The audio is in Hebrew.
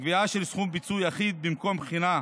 הקביעה של סכום פיצוי אחיד במקום בחינת